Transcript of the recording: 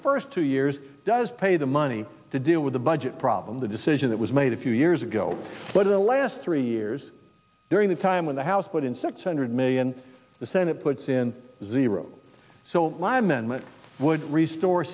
first two years does pay the money to deal with the budget problem the decision that was made a few years ago but in the last three years during the time when the house put in six hundred million the senate puts in zero so my men would restore